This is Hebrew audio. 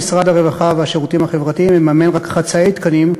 משרד הרווחה והשירותים החברתיים מממן רק חצאי תקנים,